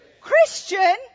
Christian